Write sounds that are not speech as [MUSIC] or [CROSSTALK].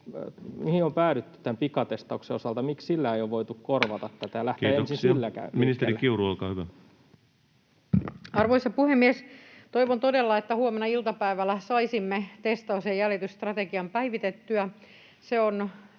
Mihin on päädytty tämän pikatestauksen osalta? Miksi sillä ei ole voitu korvata tätä? [NOISE] Ministeri Kiuru, olkaa hyvä. Arvoisa puhemies! Toivon todella, että huomenna iltapäivällä saisimme testaus‑ ja jäljitysstrategian päivitettyä. On